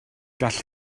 gall